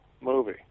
movie